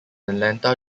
atlanta